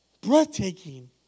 breathtaking